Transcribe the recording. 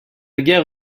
guerre